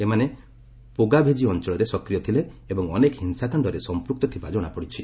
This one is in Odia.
ଏମାନେ ପୋଗାଭେଜି ଅଞ୍ଚଳରେ ସକ୍ରିୟ ଥିଲେ ଏବଂ ଅନେକ ହିଂସାକାଣ୍ଡରେ ସମ୍ପ୍ରକ୍ତ ଥିବା ଜଣାପଡ଼ିଛି